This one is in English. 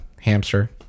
Hamster